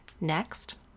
next